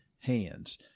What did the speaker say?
hands